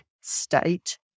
state